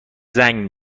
زنگ